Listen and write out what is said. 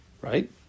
Right